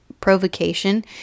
provocation